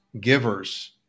givers